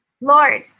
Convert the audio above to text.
Lord